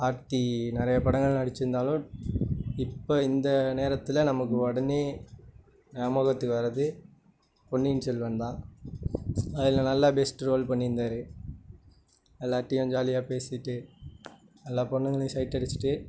கார்த்தி நெறைய படங்களில் நடித்திருந்தாலும் இப்போ இந்த நேரத்தில் நமக்கு உடனே ஞாபகத்துக்கு வர்றது பொன்னியின் செல்வன்தான் அதில் நல்லா பெஸ்ட் ரோல் பண்ணியிருந்தாரு எல்லார்கிட்டயும் ஜாலியாக பேசிகிட்டு எல்லா பெண்ணுங்களையும் சைட் அடித்துட்டு